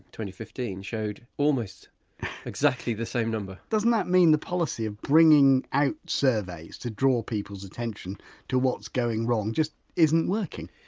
fifteen, showed almost exactly the same number doesn't that mean the policy of bringing out surveys to draw people's attention to what's going wrong just isn't working?